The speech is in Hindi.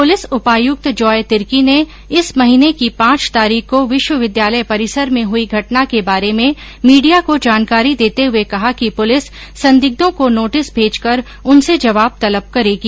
पुलिस उपायुक्त जॉय तिर्की ने इस महीने की पांच तारीख को विश्वविद्यालय परिसर में हुई घटना के बारे में मौडिया को ै जानकारी देते हुए कहा कि पुलिस संदिग्धों को नोटिस भेज कर उनसे जवाब तलब करेगी